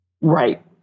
right